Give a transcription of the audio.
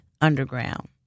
underground